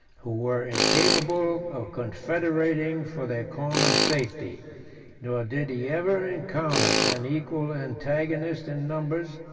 who were incapable of confederating for their common safety nor did he ever encounter an equal antagonist in numbers,